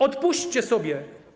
Odpuśćcie sobie.